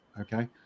Okay